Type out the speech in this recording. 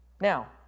Now